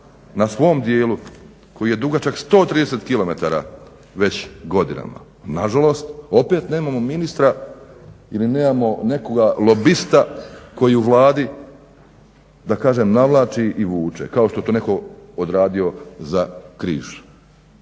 na svom dijelu koji je dugačak 130 km već godinama. Nažalost, opet nemamo ministra ili nemamo nekoga lobista koji u Vladi da kažem navlači i vuče kao što je to netko odradio za Križ